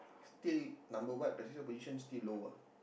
still number what position still low ah